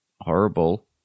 horrible